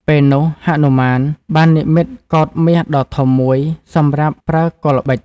ពេលនោះ ហនុមាន បាននិម្មិតកោដ្ឋមាសដ៏ធំមួយសម្រាប់ប្រើកុលល្បិច។